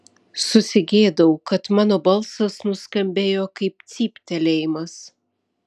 susigėdau kad mano balsas nuskambėjo kaip cyptelėjimas